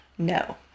No